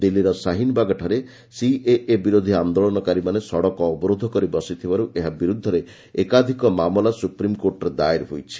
ଦିଲ୍ଲୀର ସାହିନବାଗଠାରେ ସିଏଏ ବିରୋଧୀ ଆନ୍ଦୋଳନକାରୀମାନେ ସଡ଼କ ଅବରୋଧ କରି ବସିଥିବାରୁ ଏହା ବିରୁଦ୍ଧରେ ଏକାଧିକ ମାମଲା ସୁପ୍ରିମକୋର୍ଟରେ ଦାଏର ହୋଇଛି